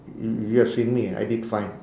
y~ you have seen me I did fine